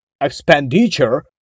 expenditure